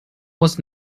was